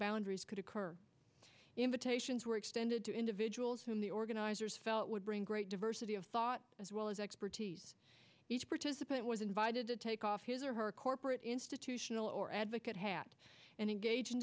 boundaries could occur invitations were extended to individuals whom the organizers felt would bring great diversity of thought as well as expertise each participant was invited to take off his or her corporate institutional or advocate hat and engage in